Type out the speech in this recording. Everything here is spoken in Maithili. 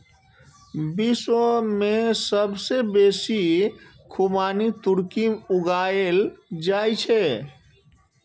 विश्व मे सबसं बेसी खुबानी तुर्की मे उगायल जाए छै